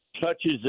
touches